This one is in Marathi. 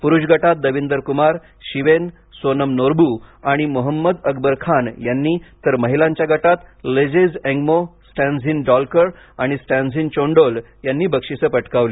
पुरुष गटात दविंदर कुमार शिवेन सोनम नोर्बू आणि मोहम्मद अकबर खान यांनी तर महिलांच्या गटात लेजेज एग्मो स्टॅन्झिन डॉलकर आणि स्टॅन्झिन चोंडोल यांनी बक्षिसे पटकावली